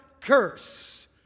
curse